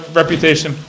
reputation